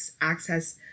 access